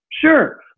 Sure